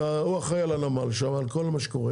הוא אחראי על הנמל שם ועל כל מה שקורה